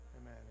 amen